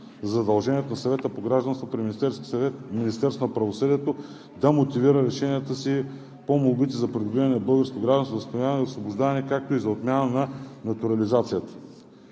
на задължението на Съвета по гражданството при Министерството на правосъдието да мотивира решенията си по молбите за придобиване на българско гражданство, възстановяване и освобождаване, както и за отмяна на натурализация.